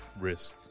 risk